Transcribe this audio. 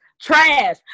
trash